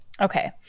okay